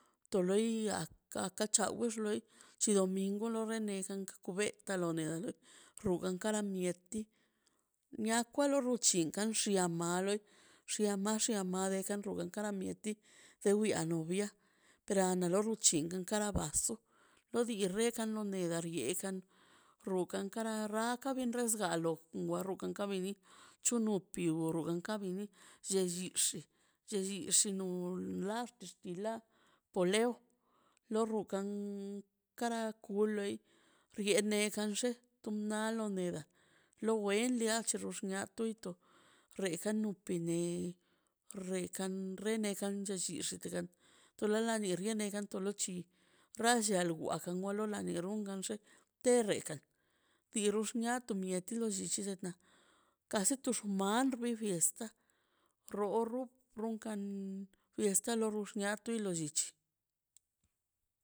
To loi aka chaw che domingo lore neja ka kubet lo neda loi duxi kan duxi chingan axta el momento na wlax diikaꞌ to ka bxin la diikaꞌ no antiguo porque to de llila balaten lli diki da dex lox janolo pues baxannax diikaꞌ diika ton no recuerdo watu ka se ralo do rialo ka we pa piso tendido lo ballenax di no pues hasta ver kachili akax renovar to llutu skwalka ta por lo mismo kan do lasti kwandola ka bit kan tiempo loi la la centro di po xinladika xkwal timpoi per lo despues lo binkan loika binkan peda shoi llui wale pues kwagan ro runkan fiesta lo run xnia tu lo llichi